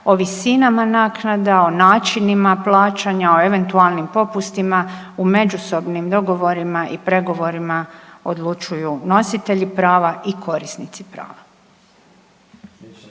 o visinama naknada, o načinima plaćanja, o eventualnim popustima u međusobnim dogovorima i pregovorima odlučuju nositelji prava i korisnici prava.